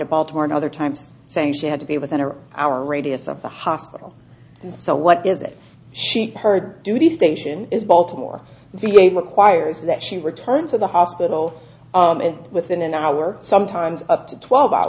to baltimore and other times saying she had to be within an hour radius of the hospital and so what is it she heard duty station is baltimore the way requires that she return to the hospital within an hour sometimes up to twelve ou